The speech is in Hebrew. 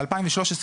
ב-2013,